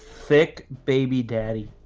thick baby daddy